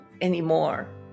anymore